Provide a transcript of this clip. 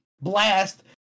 blast